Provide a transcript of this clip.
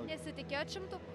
nesitikėjot šimtukų